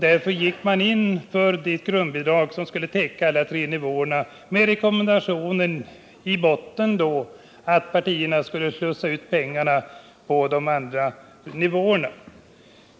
Därför gick man in för det grundbidrag som skulle täcka alla tre nivåerna, med den rekommendationen i botten att partierna skulle slussa ut pengarna på de andra nivåerna.